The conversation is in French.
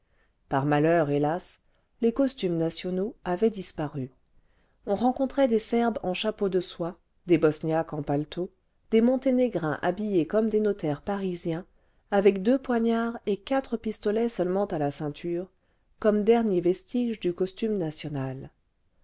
par malheur hélas les costumes nationaux avaient disparu on rencontrait des serbes en chapeaux de soie des bosniaques en paletot des monténégrins habillés comme des notaires parisiens avec deux poignards et quatre pistolets seulement à la ceinture comme dernier vestige du costume national